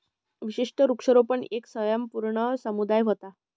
विशिष्ट वृक्षारोपण येक स्वयंपूर्ण समुदाय व्हता